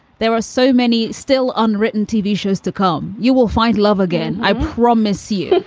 there are so many still unwritten tv shows to come. you will find love again, i promise you.